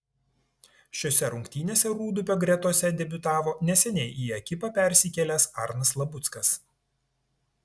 šiose rungtynėse rūdupio gretose debiutavo neseniai į ekipą persikėlęs arnas labuckas